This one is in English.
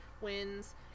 wins